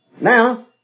Now